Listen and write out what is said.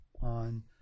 on